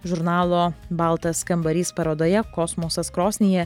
žurnalo baltas kambarys parodoje kosmosas krosnyje